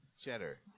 cheddar